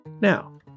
Now